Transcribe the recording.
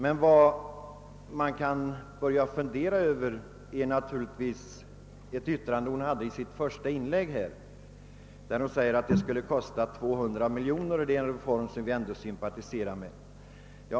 Man kan börja fundera över ytterligare ett yttrande i fru Nettelbrandts första inlägg. Hon sade att en stoppregel vid 80 procent skulle kosta 200 miljoner kronor men att det är en reform som man sympatiserar med.